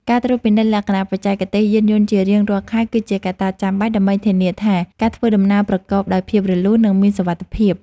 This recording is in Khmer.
ការត្រួតពិនិត្យលក្ខណៈបច្ចេកទេសយានយន្តជារៀងរាល់ខែ គឺជាកត្តាចាំបាច់ ដើម្បីធានាថាការធ្វើដំណើរប្រកបដោយភាពរលូន និងមានសុវត្ថិភាព។